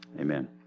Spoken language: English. Amen